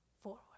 forward